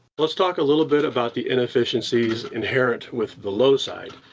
let's talk a little bit about the inefficiencies inherent with the low side.